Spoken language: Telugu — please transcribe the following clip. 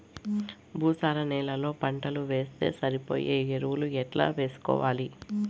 భూసార నేలలో పంటలు వేస్తే సరిపోయే ఎరువులు ఎట్లా వేసుకోవాలి?